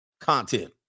content